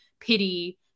pity